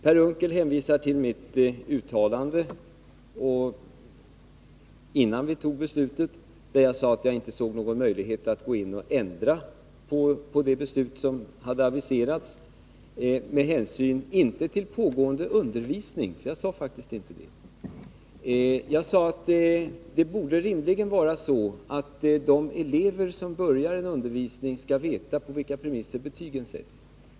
Per Unckel hänvisar till mitt uttalande innan vi fattade beslutet där jag sade att jag inte såg någon möjlighet att gå in och ändra det beslut som hade aviserats. Men jag sade faktiskt inte ”med hänsyn till pågående undervisning”. Jag sade att det rimligen borde vara så att de elever som börjar en undervisning skall veta på vilka premisser betygen sätts.